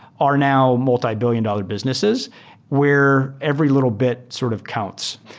are now multi-billion dollar businesses where every little bit sort of counts.